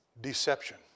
deception